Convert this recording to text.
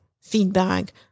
feedback